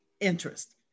Interest